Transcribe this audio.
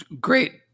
Great